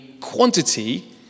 quantity